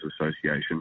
Association